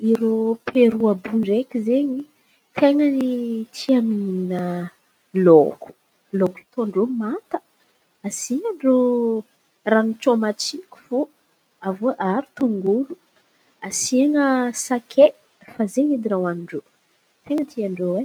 Irô pero àby iô ndraiky zen̈y ten̈a ny tia mihin̈a lôko. Lôko atôn-drô manta, asian-drô tongolo, asian̈a sakay fa zen̈y edy raha hoanin-drô tena tian-drô.